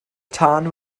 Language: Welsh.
tân